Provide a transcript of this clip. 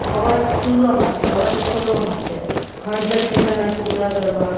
અવાજ ખુલવા માટે અવાજ ખોલવા માટે હળદર મીઠાના કોગળા કરવા